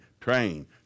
train